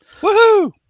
Woohoo